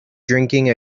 drinking